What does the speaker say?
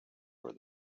where